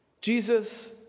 Jesus